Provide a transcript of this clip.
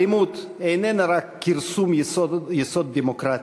האלימות איננה רק כרסום יסוד הדמוקרטיה,